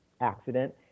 accident